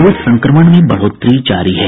Covid संक्रमण में बढोतरी जारी है